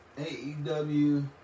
AEW